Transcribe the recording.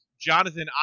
Jonathan